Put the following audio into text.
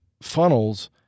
funnels